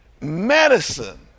medicine